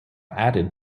added